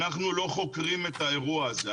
אנחנו לא חוקרים את האירוע הזה.